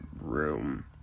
room